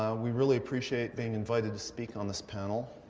ah we really appreciate being invited to speak on this panel.